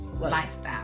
lifestyle